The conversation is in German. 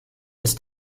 ist